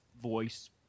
voice